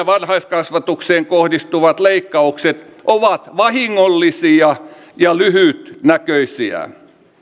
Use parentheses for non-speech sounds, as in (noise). (unintelligible) varhaiskasvatukseen kohdistuvat leikkaukset ovat vahingollisia ja lyhytnäköisiä